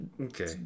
okay